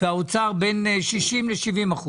והאוצר בין 60% ל-70%.